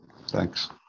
thanks